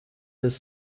his